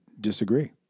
disagree